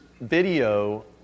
video